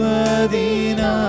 adina